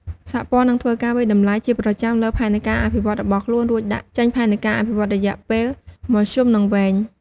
សហព័ន្ធនឹងធ្វើការវាយតម្លៃជាប្រចាំលើផែនការអភិវឌ្ឍន៍របស់ខ្លួនរួចដាក់ចេញផែនការអភិវឌ្ឍន៍រយៈពេលមធ្យម និងវែង។